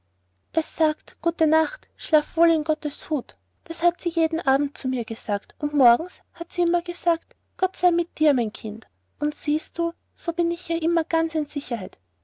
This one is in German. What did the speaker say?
es sagt gute nacht schlaf wohl in gottes hut das hat sie jeden abend zu mir gesagt und morgens hat sie immer gesagt gott sei mit dir mein kind und siehst du so bin ich ja immer ganz in sicherheit